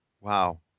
Wow